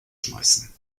schmeißen